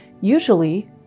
usually